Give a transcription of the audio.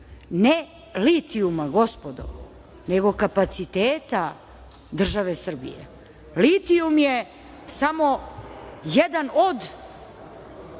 ne litijuma, gospodo, nego kapaciteta države Srbije. Litijum je samo jedan od